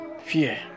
Fear